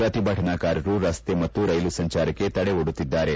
ಪ್ರತಿಭಟನಾಕಾರರು ರಸ್ತೆ ಮತ್ತು ರೈಲು ಸಂಚಾರಕ್ಕೆ ತಡೆ ಒಡ್ಡುತ್ತಿದ್ದಾರೆ